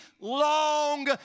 long